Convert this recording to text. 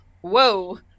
whoa